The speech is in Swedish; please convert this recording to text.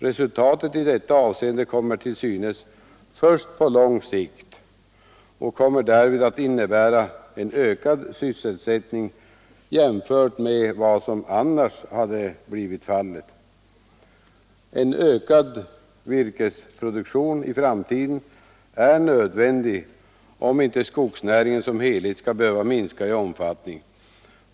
Resultatet i detta avseende kommer till synes först på lång sikt och innebär då en ökad sysselsättning jämfört med vad som annars hade blivit fallet. En ökad virkesproduktion i framtiden är nödvändig om inte skogsnäringen som helhet skall behöva minska i omfattning.